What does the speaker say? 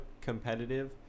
competitive